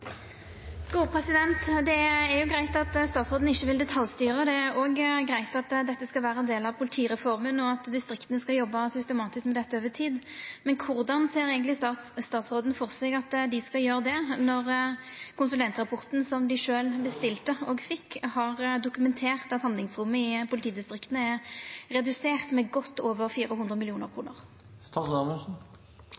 Det er òg greitt at dette skal vera ein del av politireforma, og at distrikta skal jobba systematisk med dette over tid, men korleis ser eigentleg statsråden for seg at ein skal gjera det når konsulentrapporten, som dei sjølve bestilte og fekk, har dokumentert at handlingsrommet i politidistrikta er redusert med godt over 400